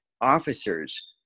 officers